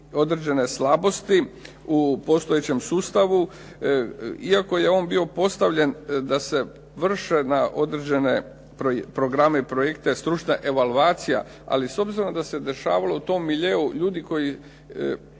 određene slabosti u postojećem sustavu, iako je on bio postavljen da se vrše na određene programe i projekte stručne evalvacija, ali s obzirom da se dešavalo u tom miljeu ljudi koji